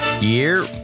year